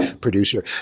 producer